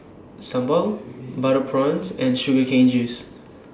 Sambal Butter Prawns and Sugar Cane Juice